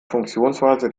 funktionsweise